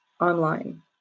online